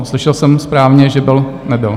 Slyšel jsem správně, že byl... nebyl?